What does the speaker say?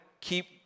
keep